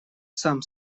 сам